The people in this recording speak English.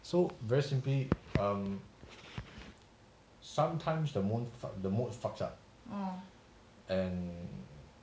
so very simply um sometimes the mode the mode fucked up and